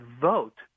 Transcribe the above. vote